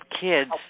kids